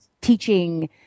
teaching